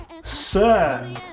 sir